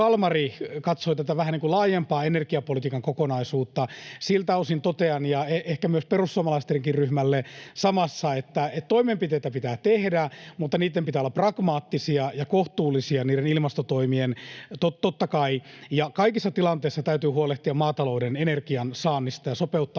Kalmari katsoi tätä vähän niin kuin laajempaa energiapolitiikan kokonaisuutta. Siltä osin totean ja ehkä myös perussuomalaistenkin ryhmälle totean samassa, että toimenpiteitä pitää tehdä mutta niiden ilmastotoimien pitää olla pragmaattisia ja kohtuullisia, totta kai. Ja kaikissa tilanteissa täytyy huolehtia maatalouden energiansaannista ja sopeuttaa